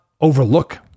overlook